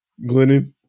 Glennon